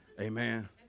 Amen